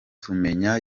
tumenya